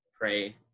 pray